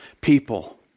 people